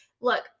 look